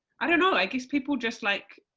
i don't know, i guess people just like,